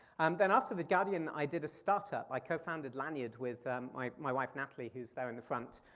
then after the guardian, i did a startup. i co-founded lanyrd with um my my wife natalie who's there in the front.